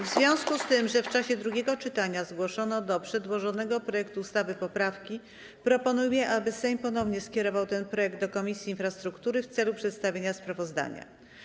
W związku z tym, że w czasie drugiego czytania zgłoszono do przedłożonego projektu ustawy poprawki, proponuję, aby Sejm ponownie skierował ten projekt do Komisji Infrastruktury w celu przedstawienia sprawozdania.